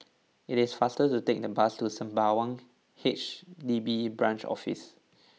it is faster to take the bus to Sembawang H D B Branch Office